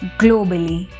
globally